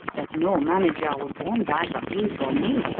that no manager would want either it or me.